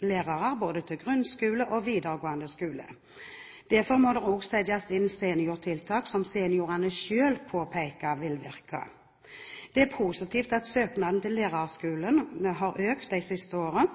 lærere både til grunnskole og videregående skole. Derfor må det også settes inn seniortiltak som seniorene selv påpeker vil virke. Det er positivt at søknaden til lærerskolene har økt de siste årene,